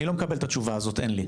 אני לא מקבל את התשובה הזו 'אין לי'.